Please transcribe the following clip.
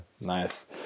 Nice